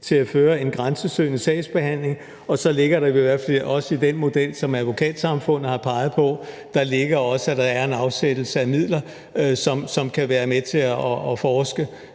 til at føre en grænsesøgende sagsbehandling. Og så ligger der i hvert fald også i den model, som Advokatsamfundet har peget på, at der er en afsættelse af midler, som kan være med til at finansiere